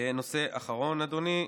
נושא אחרון, אדוני.